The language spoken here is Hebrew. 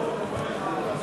וקבוצת